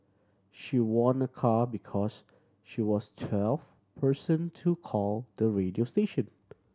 she won a car because she was twelfth person to call the radio station